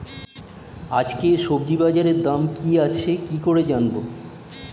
আজকে সবজি বাজারে দাম কি আছে কি করে জানবো?